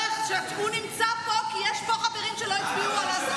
הוא נמצא פה כי יש פה חברים שלא הצביעו על הדחתו.